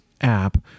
app